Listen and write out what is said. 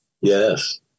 Yes